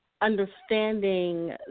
understanding